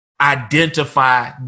identify